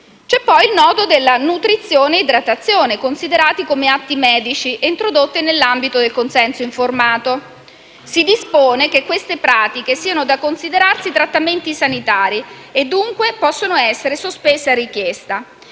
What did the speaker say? è poi il nodo della nutrizione e idratazione, considerate come atti medici e introdotte nell'ambito del consenso informato. Si dispone che queste pratiche siano da considerarsi trattamenti sanitari e, dunque, possono essere sospese a richiesta.